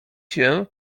się